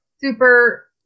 super